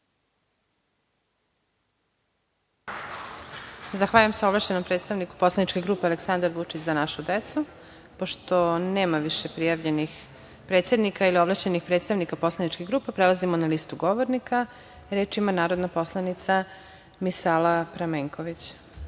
Zahvaljujem se ovlašćenom predstavniku Poslaničke grupe „Aleksandar Vučić – Za našu decu“.Pošto nema više prijavljenih predsednika ili ovlašćenih predstavnika poslaničkih grupa, prelazimo na listu govornika. Reč ima narodna poslanica Misala Pramenković. Izvolite.